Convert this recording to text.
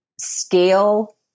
scale